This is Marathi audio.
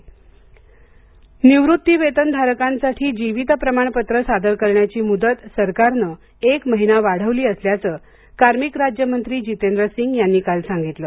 जितेंद्र सिंग निवृत्ती वेतनधारकांसाठी जिवीत प्रमाणपत्र सादर करण्याची मुदत सरकारनं एक महिना वाढवली असल्याचं कार्मिक राज्यमंत्री जितेंद्र सिंग यांनी काल सांगितलं